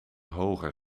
hoger